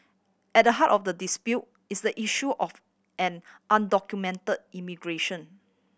at the heart of the dispute is the issue of an undocument immigration